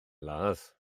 ladd